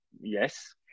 Yes